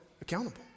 accountable